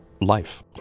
life